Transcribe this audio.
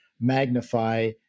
magnify